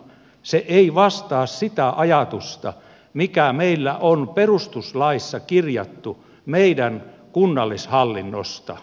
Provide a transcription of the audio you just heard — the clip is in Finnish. se ei vastaa sitä ajatusta mikä meillä on perustuslaissa kirjattu meidän kunnallishallinnosta